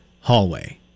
hallway